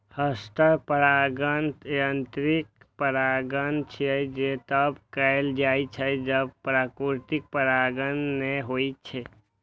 हस्त परागण यांत्रिक परागण छियै, जे तब कैल जाइ छै, जब प्राकृतिक परागण नै होइ छै